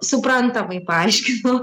suprantamai paaiškinau